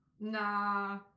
Nah